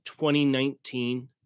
2019